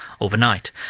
overnight